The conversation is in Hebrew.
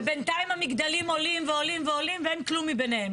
ובנתיים המגדלים עולים ועולים ואין כלום ביניהם.